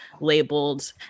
labeled